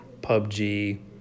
PUBG